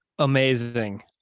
Amazing